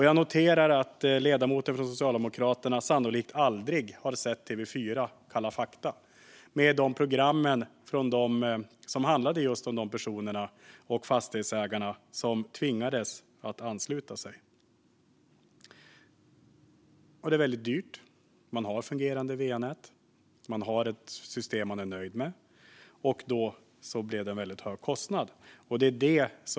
Jag noterar att ledamoten från Socialdemokraterna sannolikt aldrig har sett Kalla fakta på TV4. Det var program som handlade just om personer och fastighetsägare som tvingades att ansluta sig. Det är väldigt dyrt att ansluta sig. Man har ett fungerande va-nät, och man har ett system som man är nöjd med. Då blev det en väldigt hög kostnad.